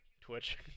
Twitch